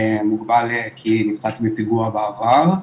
מוגבל כי נפצעתי בפיגוע בעבר,